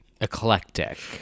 eclectic